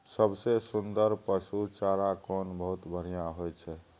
सबसे सुन्दर पसु चारा कोन बहुत बढियां होय इ?